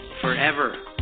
forever